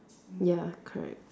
ya correct